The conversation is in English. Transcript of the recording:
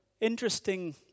interesting